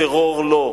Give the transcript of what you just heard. טרור לא.